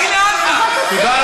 לכי לעזה,